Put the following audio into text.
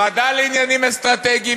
ועדה לעניינים אסטרטגיים.